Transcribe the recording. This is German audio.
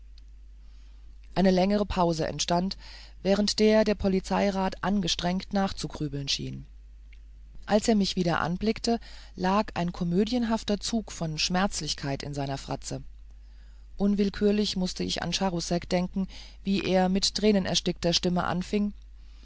eine längere pause entstand während der der polizeirat angestrengt nachzugrübeln schien als er mich wieder anblickte lag ein komödiantenhafter zug von schmerzlichkeit in seiner fratze unwillkürlich mußte ich an charousek denken wie er dann mit tränenerstickter stimme anfing